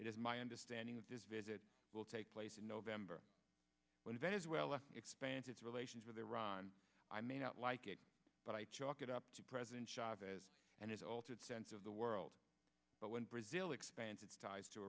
is my understanding of this visit will take place in november when venezuela expands its relations with iran i may not like it but i chalk it up to president chavez and his altered sense of the world but when brazil expands its ties to